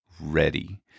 ready